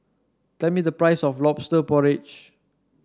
tell me the price of lobster porridge